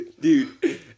Dude